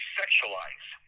sexualize